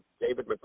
David